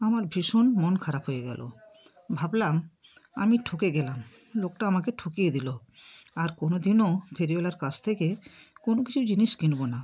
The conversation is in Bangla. আমার ভীষণ মন খারাপ হয়ে গেলো ভাবলাম আমি ঠকে গেলাম লোকটা আমাকে ঠকিয়ে দিলো আর কোনোদিনও ফেরিওয়ালার কাছ থেকে কোনো কিছু জিনিস কিনবো না